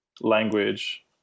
language